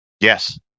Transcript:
Yes